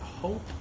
hope